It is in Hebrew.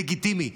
לגיטימי,